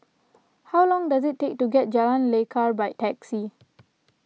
how long does it take to get to Jalan Lekar by taxi